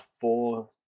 four